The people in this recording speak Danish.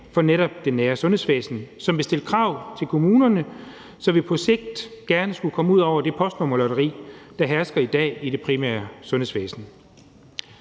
for netop det nære sundhedsvæsen, som vil stille krav til kommunerne, så vi på sigt gerne skulle komme ud over det postnummerlotteri, der hersker i dag i det primære sundhedsvæsen.